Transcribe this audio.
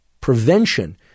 prevention